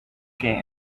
que